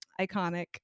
iconic